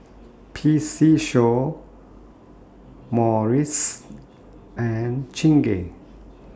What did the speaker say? P C Show Morries and Chingay